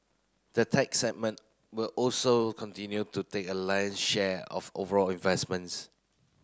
the tech segment will also continue to take a lion share of overall investments